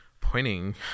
pointing